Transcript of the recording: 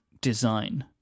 design